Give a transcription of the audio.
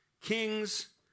kings